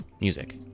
music